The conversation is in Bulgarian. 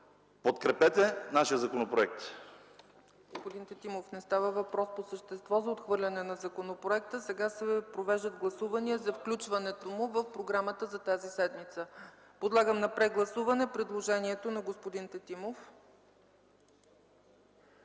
Подкрепете нашия законопроект.